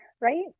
right